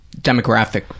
demographic